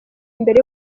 imbere